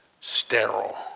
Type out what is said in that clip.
sterile